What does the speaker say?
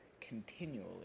continually